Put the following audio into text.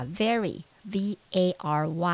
very,V-A-R-Y